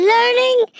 Learning